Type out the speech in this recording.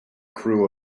crew